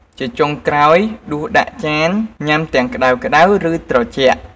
ជាចុងក្រោយ ដួសដាក់ចានញ៉ាំទាំងក្តៅៗ ឬត្រជាក់។